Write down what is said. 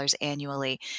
annually